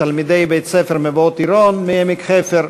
תלמידי בית-ספר "מבואות עירון" מעמק-חפר,